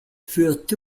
furent